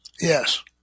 Yes